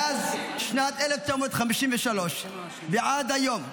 מאז שנת 1953 ועד היום,